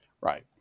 Right